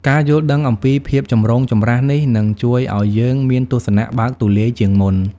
ការយល់ដឹងអំពីភាពចម្រូងចម្រាសនេះនឹងជួយឲ្យយើងមានទស្សនៈបើកទូលាយជាងមុន។